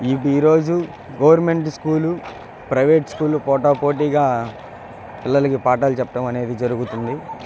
ఈ రోజు government school private school పోటాపోటీగా పిల్లలకి పాఠాలు చెప్పడమనేది జరుగుతుంది